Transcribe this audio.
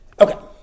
Okay